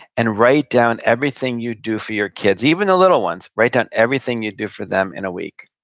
and write down everything you do for your kids, even the little ones. write down everything you do for them in a week,